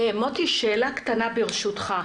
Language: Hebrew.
מוטי, שאלה קטנה ברשותך.